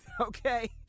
okay